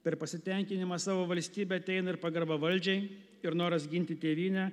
per pasitenkinimą savo valstybe ateina ir pagarba valdžiai ir noras ginti tėvynę